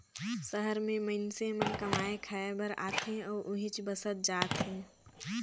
सहर में मईनसे मन कमाए खाये बर आथे अउ उहींच बसत जात हें